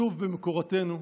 כתוב במקורותינו: